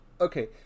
Okay